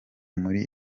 muri